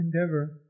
endeavor